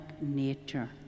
nature